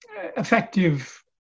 effective